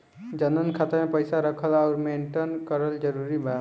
जनधन खाता मे पईसा रखल आउर मेंटेन करल जरूरी बा?